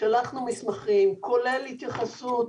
כולל התייחסות